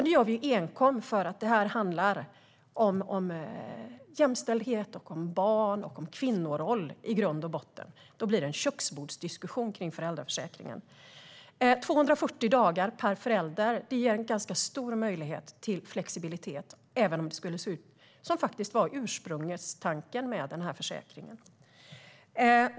Det gör vi ju enkom för att detta handlar om jämställdhet, om barn och i grund och botten om kvinnorollen. Därför blir det en köksbordsdiskussion kring föräldraförsäkringen. Med 240 dagar per förälder finns det ganska stor möjlighet till flexibilitet även om försäkringen skulle se ut som det faktiskt var ursprungstanken att den skulle göra.